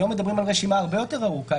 היום מדברים על רשימה הרבה יותר ארוכה.